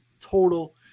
total